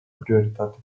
prioritate